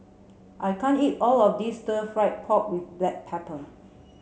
I can't eat all of this stir fried pork with black pepper